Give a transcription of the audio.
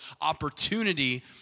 opportunity